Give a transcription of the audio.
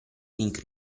link